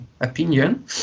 opinion